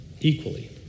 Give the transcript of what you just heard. equally